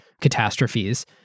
catastrophes